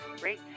great